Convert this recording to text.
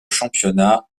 championnat